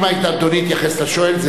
אם אדוני התייחס לשואל,